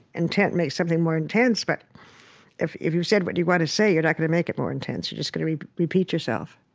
intent makes something more intense, but if if you said what you want to say, you're not going to make it more intense. you're just going to repeat yourself.